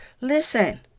Listen